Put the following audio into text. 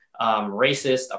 racist